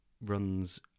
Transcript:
runs